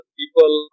people